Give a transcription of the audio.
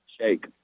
shake